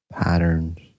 patterns